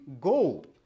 gold